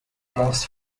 most